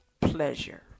pleasure